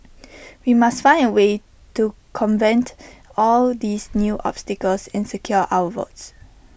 we must find A way to convent all these new obstacles and secure our votes